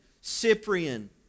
Cyprian